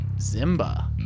Zimba